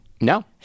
no